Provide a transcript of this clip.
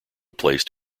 placed